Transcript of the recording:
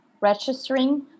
registering